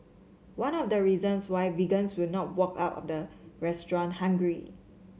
one of the reasons why vegans will not walk out of the restaurant hungry